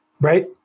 right